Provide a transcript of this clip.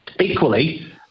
Equally